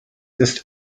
ist